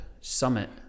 Summit